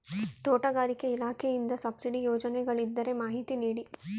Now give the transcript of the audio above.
ತೋಟಗಾರಿಕೆ ಇಲಾಖೆಯಿಂದ ಸಬ್ಸಿಡಿ ಯೋಜನೆಗಳಿದ್ದರೆ ಮಾಹಿತಿ ನೀಡಿ?